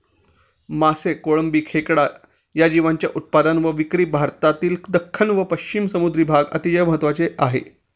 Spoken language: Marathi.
मासे, कोळंबी, खेकडा या जीवांच्या उत्पादन व विक्री भारतातील दख्खन व पश्चिम समुद्री भाग अतिशय महत्त्वाचे आहे